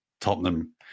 Tottenham